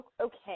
okay